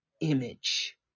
image